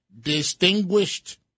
Distinguished